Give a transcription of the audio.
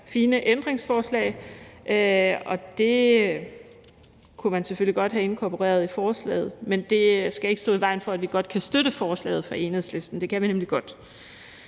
fine ændringsforslag, og dem kunne man selvfølgelig godt have inkorporeret i forslaget, men det skal ikke stå i vejen for, at vi godt kan støtte forslaget fra Enhedslisten. Det kan vi nemlig godt.